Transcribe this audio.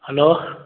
hello